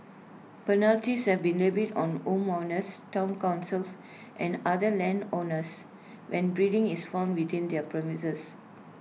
penalties have been levied on homeowners Town councils and other landowners when breeding is found within their premises